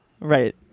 Right